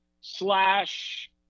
slash